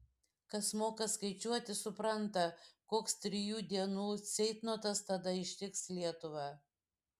kas moka skaičiuoti supranta koks trijų dienų ceitnotas tada ištiks lietuvą